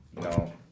No